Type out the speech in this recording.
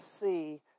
see